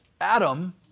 Adam